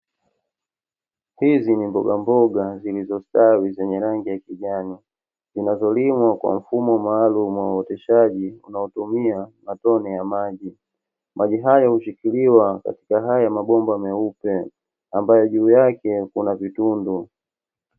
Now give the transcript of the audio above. Hizi ni mbogamboga zilizostawi zenye rangi ya kijani, zinazolimwa kwa mfumo maalumu wa uoteshaji unaotumia matone ya maji. Maji hayo hushikiliwa katika haya mabomba meupe, ambayo juu yake kuna vitundu.